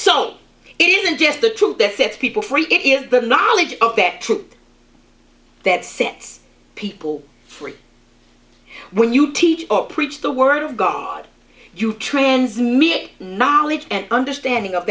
isn't just the truth that sets people free it is the knowledge of their truth that sets people free when you teach or preach the word of god you transmit knowledge and understanding of